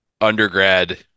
undergrad